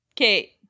Okay